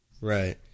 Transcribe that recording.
Right